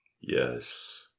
Yes